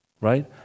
right